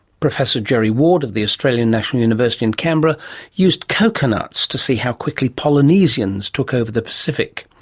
professor gerry ward of the australian national university in canberra used coconuts to see how quickly polynesians took over the pacific.